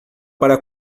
para